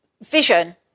vision